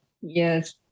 Yes